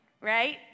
Right